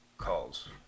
calls